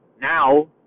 now